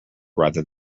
rather